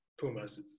Pumas